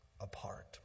apart